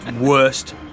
worst